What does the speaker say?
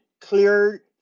clear